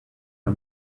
her